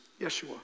Yeshua